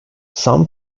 some